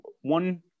one